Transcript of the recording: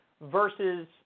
versus